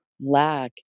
Lack